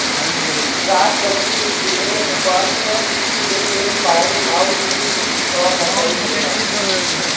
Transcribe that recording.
softwood gymnosperm के पेड़ pine आउर स्प्रूस क लकड़ी होला